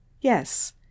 Yes